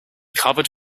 covered